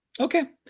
Okay